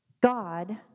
God